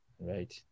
Right